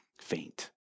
faint